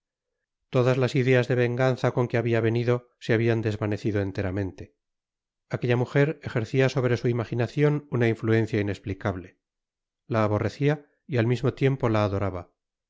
todas las ideas de venganza con que habia venido se habian desvanecido enteramente aquella mujer ejercia sobre su imaginacion una influencia inesplicable la aborrecia y al mismo tiempo la adoraba